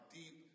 deep